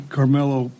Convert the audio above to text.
Carmelo